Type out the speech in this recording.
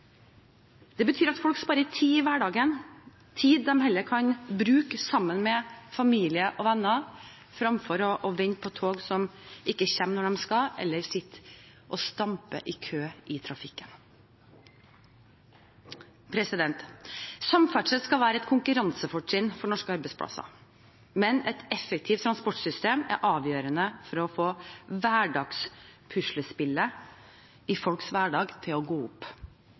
Det betyr at folk sparer tid i hverdagen, tid de kan bruke sammen med familie og venner fremfor å vente på tog som ikke kommer når de skal, eller sitte og stampe i kø i trafikken. Samferdsel skal være et konkurransefortrinn for norske arbeidsplasser, men et effektivt transportsystem er avgjørende for å få puslespillet i folks hverdag til å gå opp.